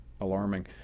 alarming